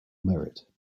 merit